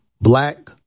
black